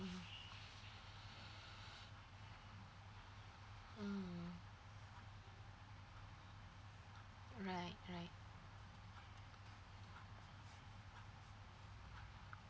mm right right